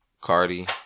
Cardi